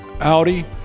Audi